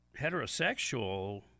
heterosexual